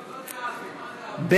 לאחרי סעיף 1 לא נתקבלה.